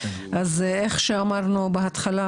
אז איך שאמרנו בהתחלה,